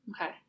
Okay